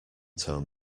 tone